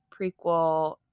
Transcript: prequel